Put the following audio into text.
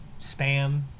spam